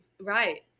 right